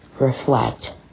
reflect